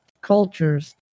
cultures